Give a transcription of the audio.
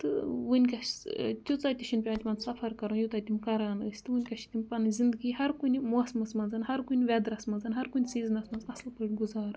تہٕ وٕنکٮ۪س تیوٗژاہ تہِ چھِنہٕ پٮ۪وان تِمَن سَفَر کَرُن یوٗتاہ تِم کَران ٲسۍ تہٕ وٕنکٮ۪س چھِ تِم پَنٕنۍ زِندگی ہَر کُنہِ موسمَس منٛز ہَر کُنہِ وٮ۪درَس منٛز ہَر کُنہِ سیٖزنَس منٛز اَصٕل پٲٹھۍ گُزارُن